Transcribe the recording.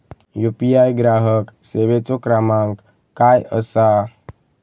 UPI ग्राहक सेवेचो क्रमांक काय असा?